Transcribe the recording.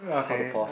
how to pause